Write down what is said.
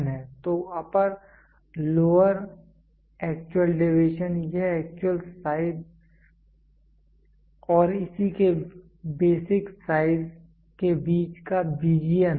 तो upper lower actual deviation यह actual size और इसी के बेसिक साइज के बीच का बीजीय अंतर है